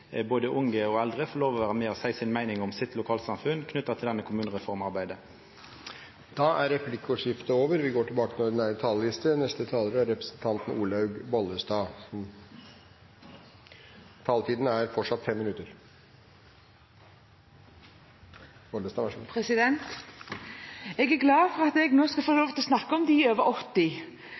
både unge og eldre, får vera med og seia si meining om sitt lokalsamfunn, knytt til dette kommunereformarbeidet. Replikkordskiftet er omme. Jeg er glad for at jeg nå skal få lov til å snakke om de over 80.